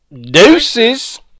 deuces